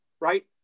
right